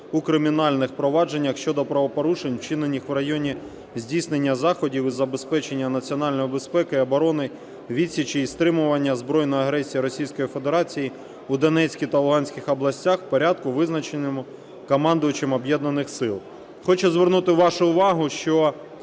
у кримінальних провадженнях щодо правопорушень, вчинених в районі здійснення заходів із забезпечення національної безпеки і оборони, відсічі і стримування збройної агресії Російської Федерації у Донецькій та Луганській областях в порядку, визначеному командувачем Об'єднаних сил. Хочу звернути вашу увагу, що